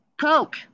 Coke